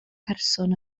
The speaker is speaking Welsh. person